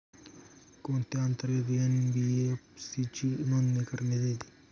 कोणत्या अंतर्गत एन.बी.एफ.सी ची नोंदणी करण्यात येते?